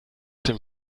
dem